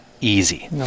Easy